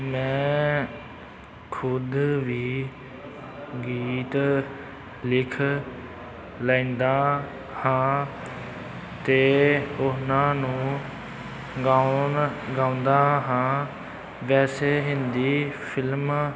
ਮੈਂ ਖੁਦ ਵੀ ਗੀਤ ਲਿਖ ਲੈਂਦਾ ਹਾਂ ਅਤੇ ਉਹਨਾਂ ਨੂੰ ਗਾਉਣ ਗਾਉਂਦਾ ਹਾਂ ਵੈਸੇ ਹਿੰਦੀ ਫਿਲਮਾਂ